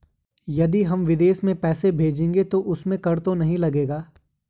यदि हम विदेश में पैसे भेजेंगे तो उसमें कर तो नहीं लगेगा?